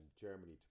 Germany